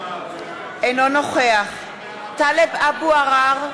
אינו נוכח טלב אבו עראר,